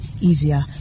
easier